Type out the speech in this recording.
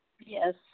Yes